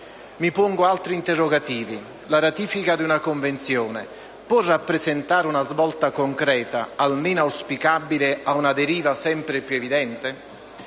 Mi pongo altri interrogativi: la ratifica di una Convenzione può rappresentare una svolta concreta, almeno auspicabile, a una deriva sempre più evidente?